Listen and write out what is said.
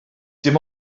dim